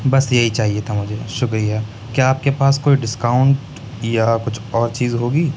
بس یہی چاہیے تھا مجھے شکریہ کیا آپ کے پاس کوئی ڈسکاؤنٹ یا کچھ اور چیز ہوگی